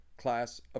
class